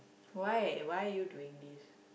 why why are you doing this